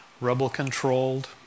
rebel-controlled